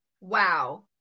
Wow